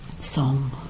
Song